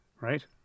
right